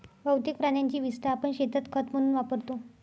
बहुतेक प्राण्यांची विस्टा आपण शेतात खत म्हणून वापरतो